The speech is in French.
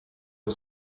que